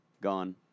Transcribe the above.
gone